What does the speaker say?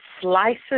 slices